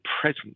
present